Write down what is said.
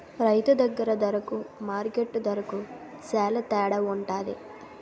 రైతు దగ్గర దరకు మార్కెట్టు దరకు సేల తేడవుంటది